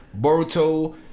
Boruto